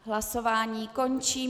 Hlasování končím.